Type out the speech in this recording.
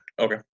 okay